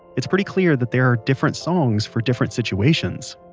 it's pretty clear that there are different songs for different situations